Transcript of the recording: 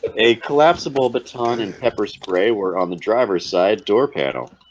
ah a collapsible baton and pepper spray were on the driver's side door panel